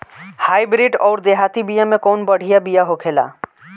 Hybrid अउर देहाती बिया मे कउन बढ़िया बिया होखेला?